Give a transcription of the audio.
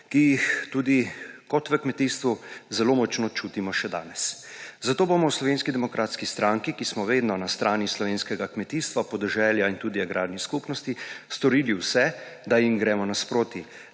ki jih kot v kmetijstvu zelo močno čutimo še danes. Zato bomo v Slovenski demokratski stranki, ki smo vedno na strani slovenskega kmetijstva, podeželja in tudi agrarnih skupnosti, storili vse, da jim gremo naproti,